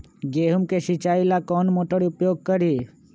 गेंहू के सिंचाई ला कौन मोटर उपयोग करी?